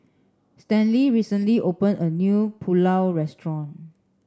Stanley recently opened a new Pulao restaurant